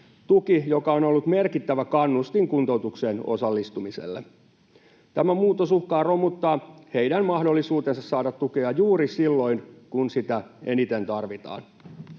tuen, joka on ollut merkittävä kannustin kuntoutukseen osallistumiselle. Tämä muutos uhkaa romuttaa heidän mahdollisuutensa saada tukea juuri silloin, kun sitä eniten tarvitaan.